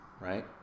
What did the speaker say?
right